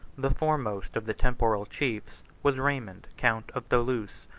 the foremost of the temporal chiefs was raymond count of thoulouse,